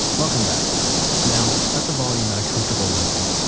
welcome back now set the volume at a comfortable level.